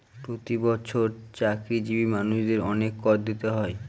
প্রতি বছর চাকরিজীবী মানুষদের অনেক কর দিতে হয়